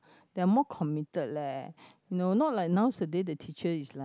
they are more committed leh you know not like nowadays the teacher is like